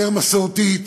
יותר מסורתית,